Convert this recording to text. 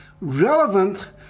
relevant